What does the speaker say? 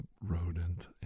rodent